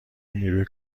نیروی